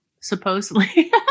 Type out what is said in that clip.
Supposedly